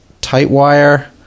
Tightwire